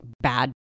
bad